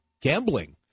gambling